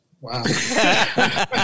wow